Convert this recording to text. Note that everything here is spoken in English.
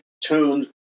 tuned